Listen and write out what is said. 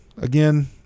again